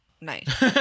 nice